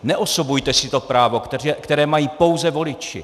Neosobujte si to právo, které mají pouze voliči.